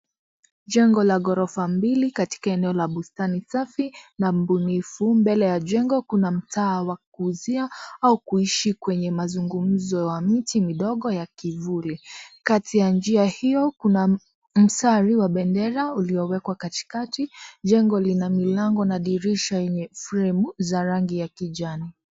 Jengo la ghorofa mbili katika eneo la bustani safi na mbunifu. Mbele ya jengo kuna mtaa wa kuuzia au kuishi kwenye mazungumzo ya mti midogo ya kivuli. Kati ya njia hiyo kuna mstari wa bendera uliowekwa katikati. Jengo lina milango na dirisha yenye fremu za rangi ya kijani.